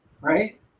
right